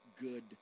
good